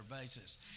basis